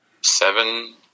seven